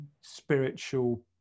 spiritual